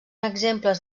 exemples